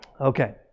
Okay